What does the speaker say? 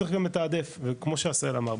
צריך לגם לתעדף וכמו שעשהאל אמר,